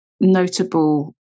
notable